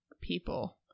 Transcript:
people